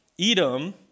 Edom